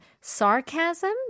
sarcasm